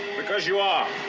because you are.